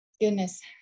Goodness